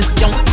young